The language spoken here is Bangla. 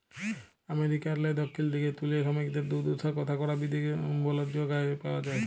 আমেরিকারলে দখ্খিল দিগে তুলে সমিকদের দুদ্দশার কথা গড়া দিগের বল্জ গালে পাউয়া যায়